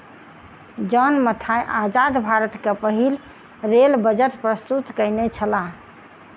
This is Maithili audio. जॉन मथाई आजाद भारत के पहिल रेल बजट प्रस्तुत केनई छला